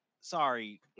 Sorry